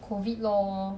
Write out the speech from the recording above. COVID lor